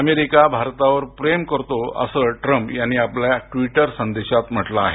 America भारतावर प्रेम करतो असं ट्रम्प यांनी आपल्या ट्विटर संदेशात म्हटलं आहे